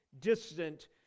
distant